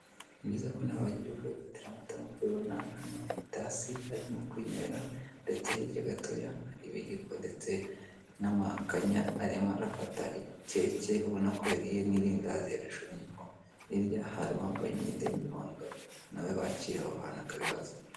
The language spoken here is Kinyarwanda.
Nibyiza ko nawe wajya ubyuka wifatira amata nkuko ubibona hano Hari itasi arimo kwinywera ndetse hirya gatoya hari ibiyiko ndetse n'amakanya arimo arafata keke ubunako yariye n'irindazi ubonako yarishonnyeho. Hirya hari uwambaye imyenda y'imuhondo nawe wakira aba bantu akabibazanira.